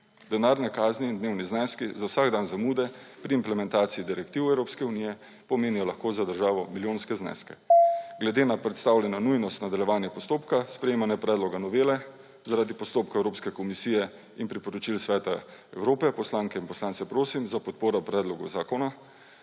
Denarne kazni in dnevni zneski za vsak dan zamude pri implementaciji direktiv Evropske unije lahko pomenijo za državo milijonske zneske. Glede na predstavljeno nujnost nadaljevanja postopka sprejemanja predloga novele zaradi postopka Evropske komisije in priporočil Sveta Evrope poslanke in poslance prosim za podporo predlogu zakona.